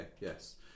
yes